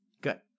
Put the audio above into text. Good